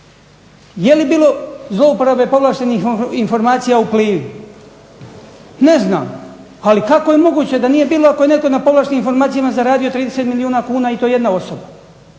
Je li bilo zlouporabe povlaštenih informacija u Plivi? Ne znam. Ali kako je moguće da nije bilo ako je netko na povlaštenim informacijama zaradio 30 milijuna kuna i to jedna osoba.